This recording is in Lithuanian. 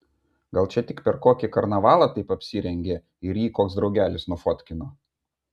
gal čia tik per kokį karnavalą taip apsirengė ir jį koks draugelis nufotkino